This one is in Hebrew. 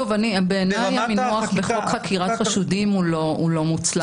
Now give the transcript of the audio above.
בעיניי המינוח בחוק חקירת חשודים הוא לא מוצלח.